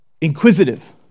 inquisitive